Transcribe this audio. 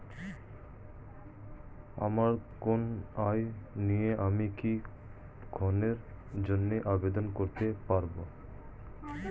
আমার কোনো আয় নেই আমি কি ঋণের জন্য আবেদন করতে পারব?